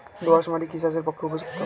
দোআঁশ মাটি কি চাষের পক্ষে উপযুক্ত?